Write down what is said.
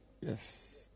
Yes